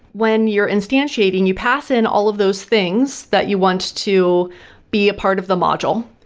when you are instantiating, you pass in all of those things that you want to be a part of the module.